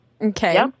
Okay